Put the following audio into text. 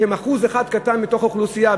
שהם אחוז אחד קטן מתוך האוכלוסייה.